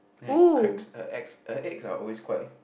ya cracks her eggs her eggs are always quite